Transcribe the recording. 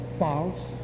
false